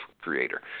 Creator